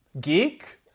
geek